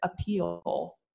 appeal